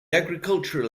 agricultural